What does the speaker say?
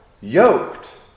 yoked